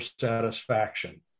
satisfaction